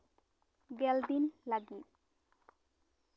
ᱜᱮᱞᱫᱤᱱ ᱞᱟᱹᱜᱤᱫ